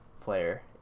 player